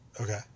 Okay